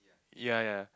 ya ya